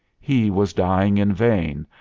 he was dying in vain,